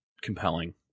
compelling